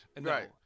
Right